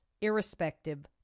irrespective